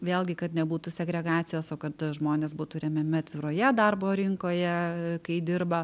vėlgi kad nebūtų segregacijos o kad žmonės būtų remiami atviroje darbo rinkoje kai dirba